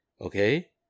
Okay